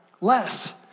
less